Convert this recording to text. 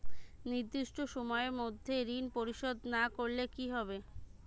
নির্দিষ্ট সময়ে মধ্যে ঋণ পরিশোধ না করলে কি হবে?